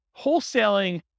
wholesaling